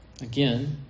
again